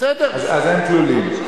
אז הם כלולים.